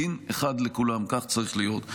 דין אחד לכולם, כך צריך להיות.